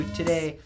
today